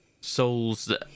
souls